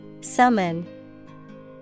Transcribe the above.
Summon